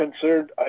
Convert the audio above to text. concerned